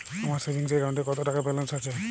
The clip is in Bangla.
আমার সেভিংস অ্যাকাউন্টে কত টাকা ব্যালেন্স আছে?